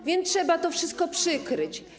A więc trzeba to wszystko przykryć.